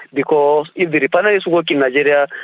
because if the refineries work in nigeria,